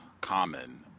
common